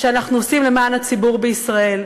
שאנחנו עושים למען הציבור בישראל.